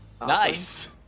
nice